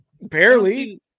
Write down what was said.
Barely